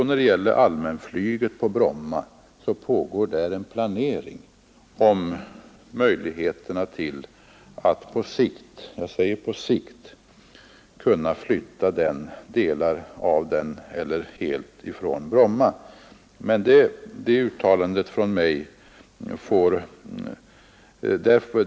När det gäller allmänflyget på Bromma pågår en planering för att på sikt flytta den helt eller delar av den från Bromma.